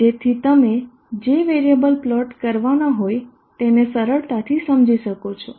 જેથી તમે જે વેરિયેબલ પ્લોટ કરવાના હોય તેને સરળતાથી સમજી શકો છો